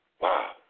Wow